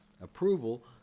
approval